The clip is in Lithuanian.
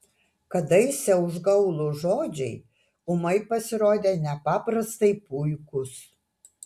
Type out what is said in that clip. kadaise užgaulūs žodžiai ūmai pasirodė nepaprastai puikūs